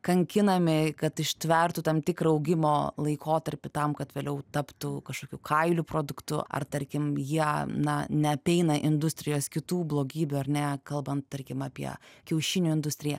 kankinami kad ištvertų tam tikrą augimo laikotarpį tam kad vėliau taptų kažkokių kailių produktu ar tarkim jie na neapeina industrijos kitų blogybių ar ne kalbant tarkim apie kiaušinių industriją